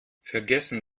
vergessen